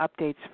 updates